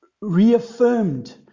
reaffirmed